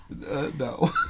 no